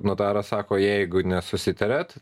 notaras sako jeigu nesusitariat